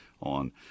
on